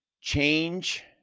change